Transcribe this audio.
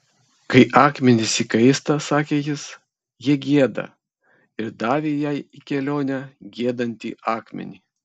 kai akmenys įkaista sakė jis jie gieda ir davė jai į kelionę giedantį akmenį